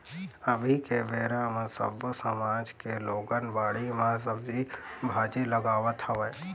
अभी के बेरा म सब्बो समाज के लोगन बाड़ी म सब्जी भाजी लगावत हवय